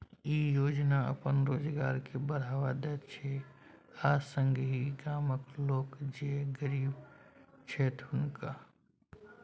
ई योजना अपन रोजगार के बढ़ावा दैत छै आ संगहि गामक लोक जे गरीब छैथ हुनका